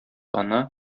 ана